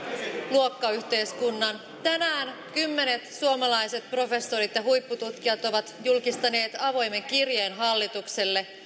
luokkayhteiskunnan tänään kymmenet suomalaiset professorit ja huippututkijat ovat julkistaneet avoimen kirjeen hallitukselle